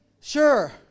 Sure